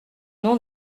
nom